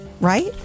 Right